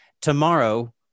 tomorrow